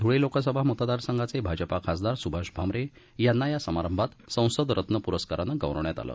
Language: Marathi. धूळे लोकसभा मतदारसंघाचे भाजपा खासदार सुभाष भामरे यांना या समारंभात संसदरल्न पुरस्काराने गौरवण्यात आलं